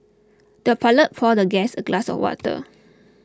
the pellet poured the guest a glass of water